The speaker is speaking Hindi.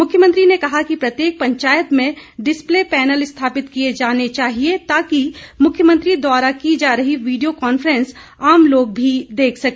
मुख्यमंत्री ने कहा कि प्रत्येक पंचायत में डिस्प्ले पैनल स्थापित किए जाने चाहिए ताकि मुख्यमंत्री द्वारा की जा रही वीडियो कॉन्फ्रेंस आम लोग भी देख सके